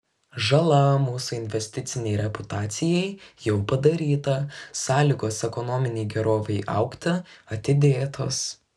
žala mūsų investicinei reputacijai jau padaryta sąlygos ekonominei gerovei augti atidėtos